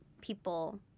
people